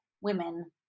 women